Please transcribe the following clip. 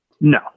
No